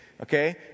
okay